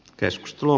keskustelu